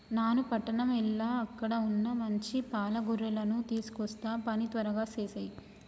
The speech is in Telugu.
నాను పట్టణం ఎల్ల అక్కడ వున్న మంచి పాల గొర్రెలను తీసుకొస్తా పని త్వరగా సేసేయి